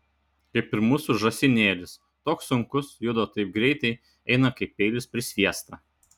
kaip ir mūsų žąsinėlis toks sunkus juda taip greitai eina kaip peilis per sviestą